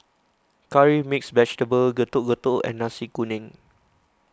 Curry Mixed Vegetable Getuk Getuk and Nasi Kuning